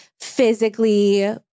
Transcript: physically